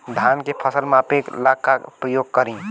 धान के फ़सल मापे ला का उपयोग करी?